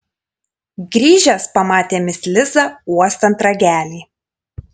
grįžęs pamatė mis lizą uostant ragelį